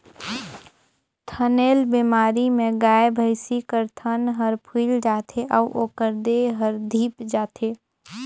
थनैल बेमारी में गाय, भइसी कर थन हर फुइल जाथे अउ ओखर देह हर धिप जाथे